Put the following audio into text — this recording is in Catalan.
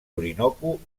orinoco